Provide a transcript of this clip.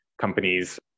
companies